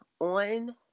On